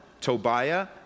Tobiah